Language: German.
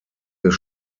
des